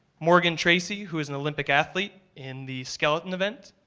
morgan tracey, who is an olympic athlete in the skeleton event.